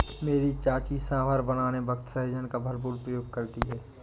मेरी चाची सांभर बनाने वक्त सहजन का भरपूर प्रयोग करती है